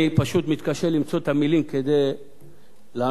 אני פשוט מתקשה למצוא את המלים כדי לענות